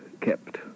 kept